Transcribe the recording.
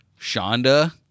Shonda